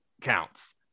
counts